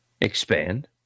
expand